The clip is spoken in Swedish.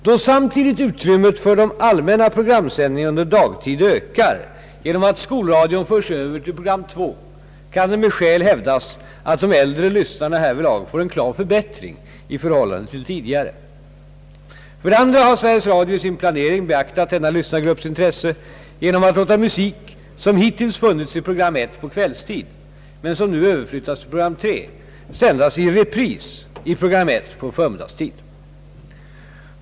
Då samtidigt utrymmet för de allmänna programsändningarna under dagtid ökar genom att skolradion förs över till program 2, kan det med skäl hävdas, att de äldre lyssnarna härvidlag får en klar förbättring i förhållande till tidigare. För det andra har Sveriges Radio i sin planering beaktat denna lyssnargrupps intresse genom att låta musik, som hittills funnits i program 1 på kvällstid men som nu överflyttas till program 3, sändas i repris i program 1 på förmiddagstid.